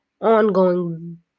ongoing